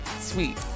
Sweet